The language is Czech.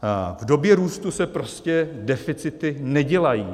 V době růstu se prostě deficity nedělají.